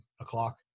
o'clock